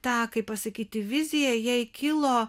ta kaip pasakyti vizija jai kilo